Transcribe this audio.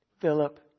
Philip